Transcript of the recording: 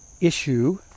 issue